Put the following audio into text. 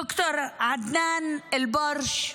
ד"ר עדנאן אל-ברש,